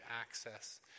access